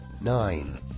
nine